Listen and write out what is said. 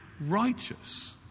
righteous